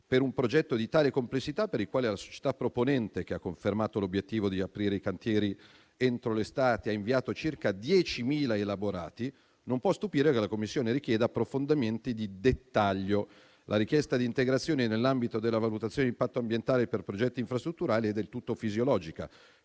Per un progetto di tale complessità, per il quale la società proponente, che ha confermato l'obiettivo di aprire i cantieri entro l'estate, ha inviato circa 10.000 elaborati, non può stupire che la commissione richieda approfondimenti di dettaglio. La richiesta di integrazioni nell'ambito della valutazione di impatto ambientale per progetti infrastrutturali è del tutto fisiologica.